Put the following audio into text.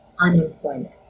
unemployment